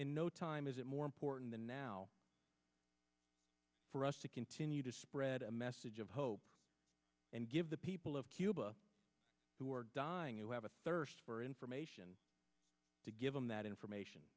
in no time is it more important than now for us to continue to spread a message of hope and give the people of cuba who are dying you have a thirst for information to give them that information